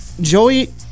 joey